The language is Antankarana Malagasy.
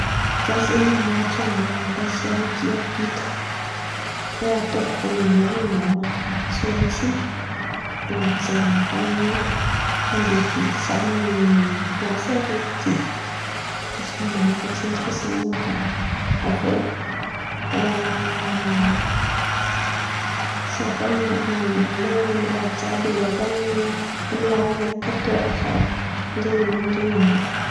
Zah zen̈y amaky an̈y Azia dia vity fo raha ataoko vôlalohan̈y; ôman̈a tsy maintsy an̈aty jerinakà zen̈y andeha vity zah amin̈'ny pilasy araiky ty, oman̈iko an-tsendriky sain̈inaka avô zah fa mioman̈a amin̈'ny raha jiàby ilaiko amy lalàna ataoko zah ndre ino ndre ino.